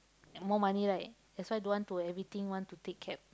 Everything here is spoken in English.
more money right that's why don't want to everything want to take cab